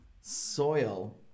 soil